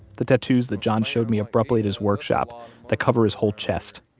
the tattoos that john showed me abruptly at his workshop that cover his whole chest.